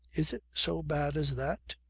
is it so bad as that?